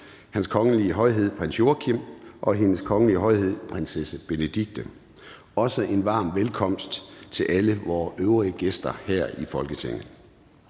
Hans Kongelige Højhed Prins Joachim og Hendes Kongelige Højhed Prinsesse Benedikte. Også en varm velkomst til alle vore øvrige gæster her i Folketinget.